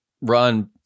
run